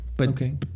Okay